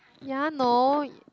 ya no